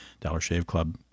Dollarshaveclub